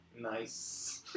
Nice